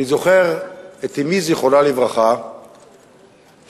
אני זוכר את אמי ז"ל, שבליטא